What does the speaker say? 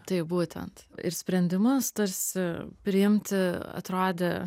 taip būtent ir sprendimus tarsi priimti atrodė